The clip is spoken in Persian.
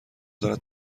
دارد